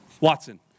Watson